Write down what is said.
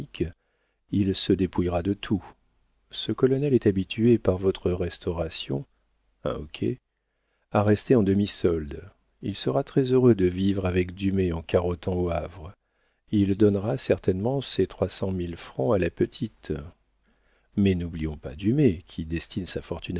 il se dépouillera de tout ce colonel est habitué par votre restauration un hoquet à rester en demi-solde il sera très heureux de vivre avec dumay en carottant au havre il donnera certainement ses trois cent mille francs à la petite mais n'oublions pas dumay qui destine